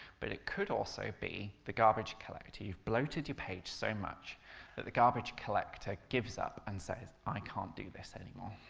but it could also be the garbage collector. you've bloated your page so much that the garbage collector gives up and says, i can't do this anymore.